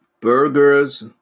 Burgers